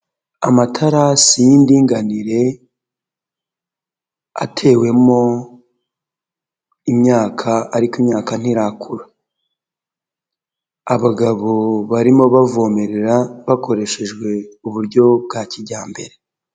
Amatarasi y'indinganire atewemo imyaka ariko imyaka ntirakura. Abagabo barimo bavomerera hakoreshejwe uburyo bwa kijyambere.